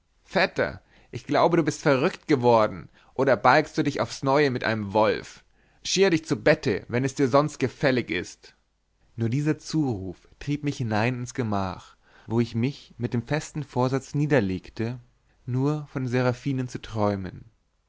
vetter ich glaube du bist verrückt geworden oder balgst dich aufs neue mit einem wolf schier dich zu bette wenn es dir sonst gefällig ist nur dieser zuruf trieb mich hinein ins gemach wo ich mich mit dem festen vorsatz niederlegte nur von seraphinen zu träumen